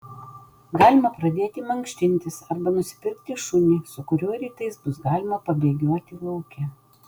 galima pradėti mankštintis arba nusipirkti šunį su kuriuo rytais bus galima pabėgioti lauke